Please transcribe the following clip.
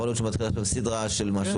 יכול להיות שהוא מתחיל סדרה של משהו,